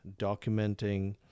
documenting